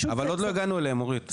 אבל עוד לא הגענו אליהם אורית.